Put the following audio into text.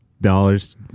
Dollars